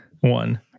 one